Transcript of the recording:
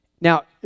Now